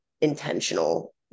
intentional